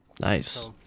Nice